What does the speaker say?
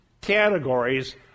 categories